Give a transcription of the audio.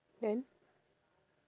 then